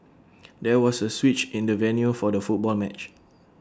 there was A switch in the venue for the football match